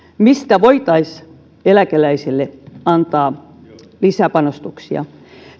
mistä voitaisiin eläkeläisille antaa lisäpanostuksia